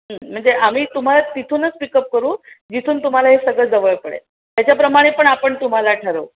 म्हणजे आम्ही तुम्हाला तिथूनच पिकअप करू जिथून तुम्हाला हे सगळं जवळ पडेल त्याच्याप्रमाणे पण आपण तुम्हाला ठरवू